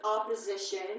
opposition